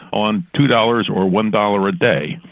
on two dollars or one dollar a day.